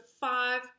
Five